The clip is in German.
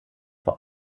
vor